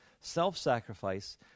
self-sacrifice